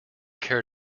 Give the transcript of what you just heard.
care